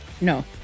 no